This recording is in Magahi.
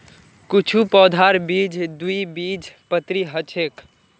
कुछू पौधार बीज द्विबीजपत्री ह छेक